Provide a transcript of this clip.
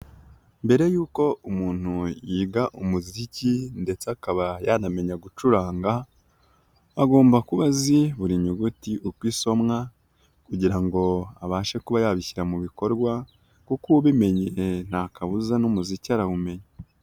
Mbere yuko umuntu yiga umuziki ndetse akaba yanamenya gucuranga agomba kuba azi buri nyuguti uko isomwa kugira ngo abashe kuba yabishyira mu bikorwa kuko ubimenye nta kabuza n'umuziki arawumenya.